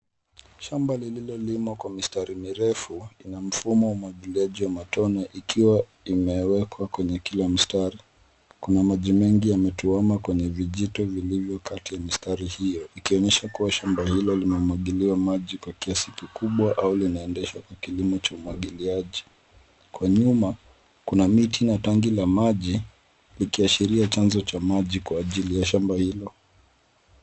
Shamba lililolimwa kwa mistari mirefu lina mfumo wa umwagiliaji wa matone ikiwa imewekwa kwenye kila mstari. Kuna maji mengi yametuama kwenye vijito vilivyo kati ya mistari hiyo ikionyesha kuwa shamba hilo limemwagiliwa maji kwa kiasi kikubwa au linaendeshwa kwa kilimo cha umwagiliaji. Kwa nyuma kuna miti na tanki la maji likiashiria chanzo cha maji kwa ajili ya shamba hilo.